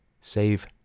save